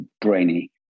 brainy